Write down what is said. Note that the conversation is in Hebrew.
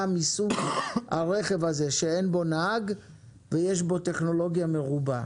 מסוג הרכב הזה שאין בו נהג ויש בו טכנולוגיה מרובה.